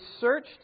searched